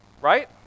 Right